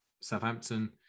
Southampton